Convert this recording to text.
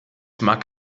mag